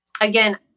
Again